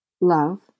love